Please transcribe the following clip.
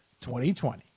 2020